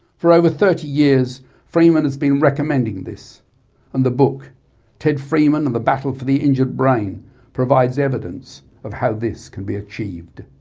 for over thirty years freeman has been recommending this and the book ted freeman and the battle for the injured brain provides evidence of how this can be achieved.